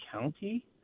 county